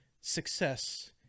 success